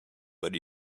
but